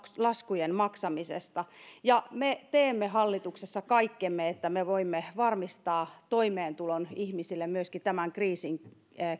laskujen maksamisesta me teemme hallituksessa kaikkemme että me voimme varmistaa toimeentulon ihmisille myöskin tämän kriisin